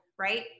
Right